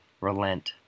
relent